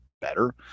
better